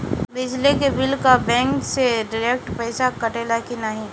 बिजली के बिल का बैंक से डिरेक्ट पइसा कटेला की नाहीं?